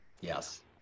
Yes